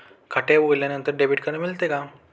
खाते उघडल्यानंतर debit card मिळते का?